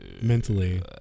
mentally